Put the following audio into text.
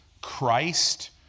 Christ